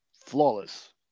Flawless